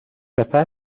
سپس